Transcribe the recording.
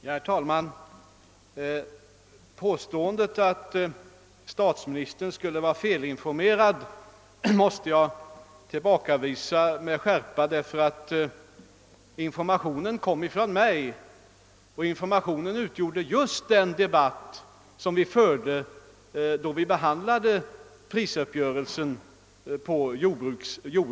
Herr talman! Påståendet att statsministern var felinformerad tillbakavisar jag med skärpa, ty informationen kom från mig och grundade sig på vad som sades i den debatt som fördes i våras när vi behandlade prisuppgörelsen på jordbrukets område.